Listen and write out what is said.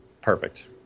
perfect